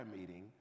meeting